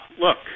look